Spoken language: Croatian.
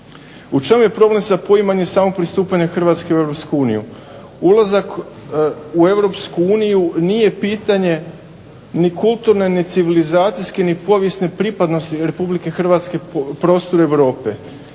U čemu je problem s poimanjem samopristupanja Hrvatske u Europsku uniju. Ulazak u europsku uniju nije pitanje ni kulturne, ni civilizacijske, ni povijesne pripadnosti Republike Hrvatske prostoru Europe,